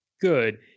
good